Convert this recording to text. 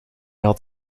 had